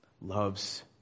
loves